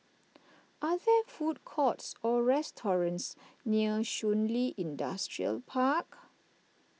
are there food courts or restaurants near Shun Li Industrial Park